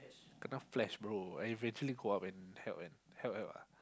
kena flash bro I eventually go up and help and help out lah